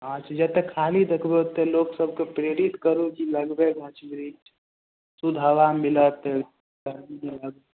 हँ तऽ जते खाली देखबै ओते लोक सबके प्रेरित करू कि लगाबै गाछ बृक्ष शुद्ध हवा मिलत